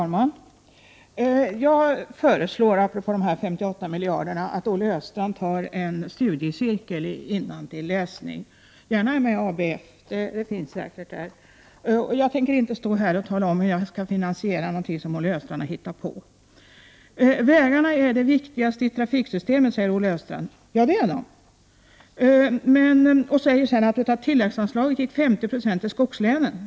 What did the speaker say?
Fru talman! Jag föreslår apropå dessa 58 miljarder att Olle Östrand deltar i en studiecirkel i innantilläsning, gärna i ABF för det finns säkert här. Jag tänker inte stå här och tala om hur jag skall finansiera någonting som Olle Östrand har hittat på. Vägarna är det viktigaste i trafiksystemet, säger Olle Östrand. Ja, det är de. Sedan sade Olle Östrand att 50 26 av tilläggsanslaget gick till skogslänen.